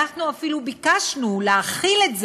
אנחנו אפילו ביקשנו להחיל את זה,